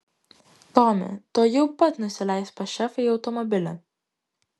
tomi tuojau pat nusileisk pas šefą į automobilį